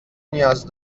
نیاز